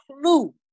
clue